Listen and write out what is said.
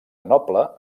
noble